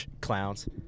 Clowns